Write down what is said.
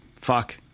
fuck